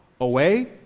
away